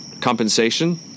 compensation